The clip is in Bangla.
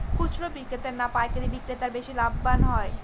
খুচরো বিক্রেতা না পাইকারী বিক্রেতারা বেশি লাভবান হয়?